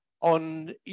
on